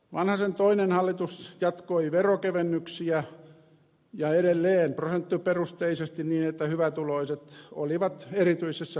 vanhasen toinen hallitus jatkoi veronkevennyksiä ja edelleen prosenttiperusteisesti niin että hyvätuloiset olivat erityisessä suosiossa